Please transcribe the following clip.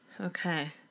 Okay